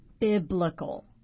biblical